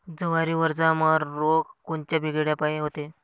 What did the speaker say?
जवारीवरचा मर रोग कोनच्या किड्यापायी होते?